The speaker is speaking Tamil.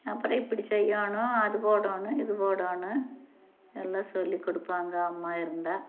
அப்புறோம் இப்படி செய்யணும் அது போடணும் இது போடணும் எல்லா சொல்லி கொடுப்பாங்க அம்மா இருந்தால்